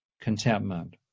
contentment